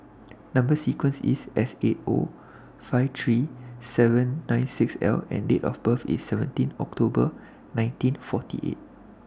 Number sequence IS Seighty lakh fifty three thousand seven hundred and ninety six L and Date of birth IS seventeen October one thousand nine hundred and forty eight